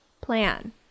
plan